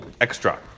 extra